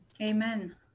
Amen